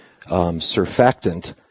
surfactant